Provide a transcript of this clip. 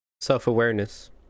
self-awareness